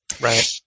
Right